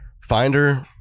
Finder